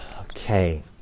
Okay